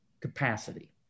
capacity